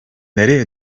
nereye